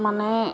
মানে